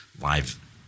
live